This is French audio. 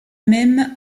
même